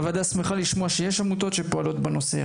הוועדה שמחה לשמוע שיש עמותות שפועלות בנושא.